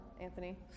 Anthony